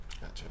Gotcha